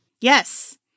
Yes